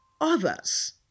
others